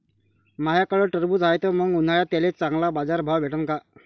माह्याकडं टरबूज हाये त मंग उन्हाळ्यात त्याले चांगला बाजार भाव भेटन का?